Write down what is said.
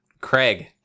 Craig